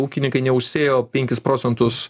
ūkininkai neužsėjo penkis procentus